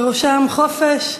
ובראשם חופש,